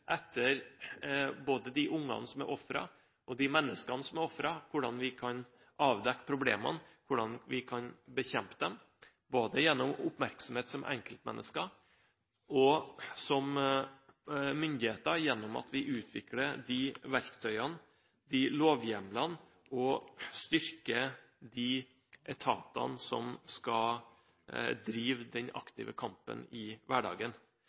etter de ungene som er ofre, de menneskene som er ofre, hvordan vi kan avdekke problemene, og hvordan vi kan bekjempe dem – både gjennom oppmerksomhet som enkeltmennesker og som myndigheter, ved at vi utvikler verktøy og lovhjemler og styrker de etatene som skal drive den aktive kampen i hverdagen.